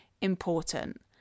important